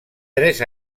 tres